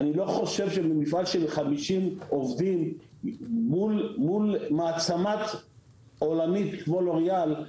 אני לא חושב שמפעל של 50 עובדים מול מעצמה עולמית כמו לוריאל,